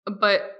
But-